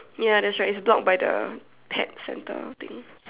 ya that's right it's blocked by the pet centre thing